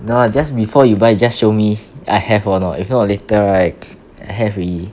no just before you buy just show me I have or not if not later right I have already